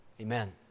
Amen